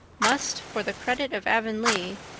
must, for the credit of avonlea,